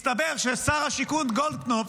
מסתבר ששר השיכון גולדקנופ,